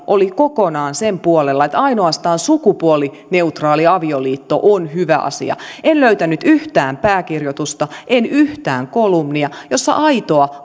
oli kokonaan sen puolella että ainoastaan sukupuolineutraali avioliitto on hyvä asia en löytänyt yhtään pääkirjoitusta en yhtään kolumnia jossa aitoa